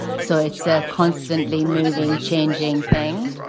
so it's a constantly moving, changing thing.